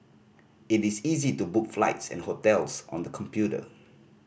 it is easy to book flights and hotels on the computer